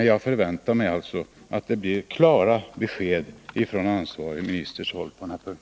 Jag förväntar alltså att det blir klara besked från den ansvarige ministerns håll på denna punkt.